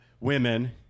Women